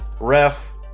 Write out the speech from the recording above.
Ref